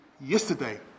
yesterday